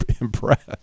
impressed